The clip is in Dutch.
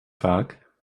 vaak